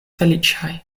feliĉaj